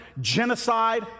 genocide